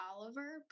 Oliver